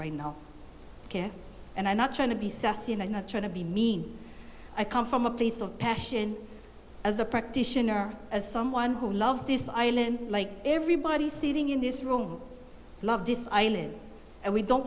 right now and i'm not trying to be sassy and i'm not trying to be mean i come from a place of passion as a practitioner as someone who loves this island like everybody sitting in this room love this island and we don't